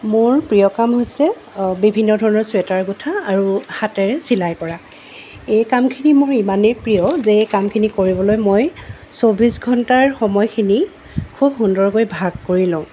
মোৰ প্ৰিয় কাম হৈছে বিভিন্ন ধৰণৰ ছুৱেটাৰ গোঁঠা আৰু হাতেৰে চিলাই কৰা এই কামখিনি মোৰ ইমানেই প্ৰিয় যে এই কামখিনি কৰিবলৈ মই চৌব্বিছ ঘণ্টাৰ সময়খিনি খুব সুন্দৰকৈ ভাগ কৰি লওঁ